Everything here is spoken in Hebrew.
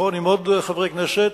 עם עוד חברי כנסת,